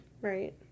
Right